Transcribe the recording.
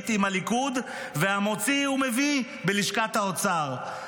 עם הליכוד והמוציא ומביא בלשכת האוצר.